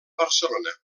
barcelona